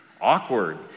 awkward